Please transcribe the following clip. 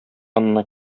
янына